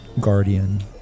guardian